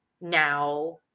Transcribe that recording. now